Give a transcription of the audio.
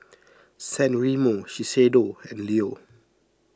San Remo Shiseido and Leo